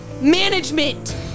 Management